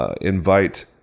invite